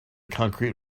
concrete